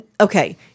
okay